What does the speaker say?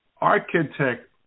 architect